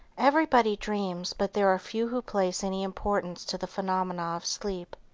everybody dreams, but there are few who place any importance to the phenomena of sleep.